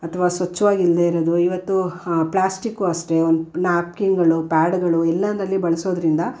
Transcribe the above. ಅಥ್ವಾ ಸ್ವಚ್ಛವಾಗಿಲ್ಲದೇ ಇರೋದು ಇವತ್ತು ಪ್ಲಾಸ್ಟಿಕು ಅಷ್ಟೇ ಒಂದು ನ್ಯಾಪ್ಕಿನ್ನುಗಳು ಪ್ಯಾಡುಗಳು ಎಲ್ಲೆಂದರಲ್ಲಿ ಬಳಸೋದ್ರಿಂದ